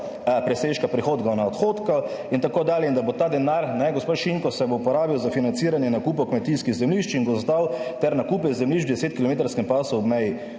presežka prihodkov na odhodke in tako dalje in da bo ta denar, gospod Šinko, se bo porabil za financiranje nakupa kmetijskih zemljišč in gozdov ter nakupe zemljišč v 10 kilometrskem